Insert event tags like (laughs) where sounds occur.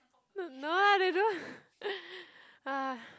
no no lah they don't (laughs) !hais!